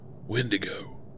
Wendigo